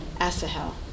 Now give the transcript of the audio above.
Asahel